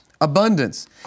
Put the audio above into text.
abundance